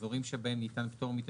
אזורים שבהם ניתן פטור מתשלום.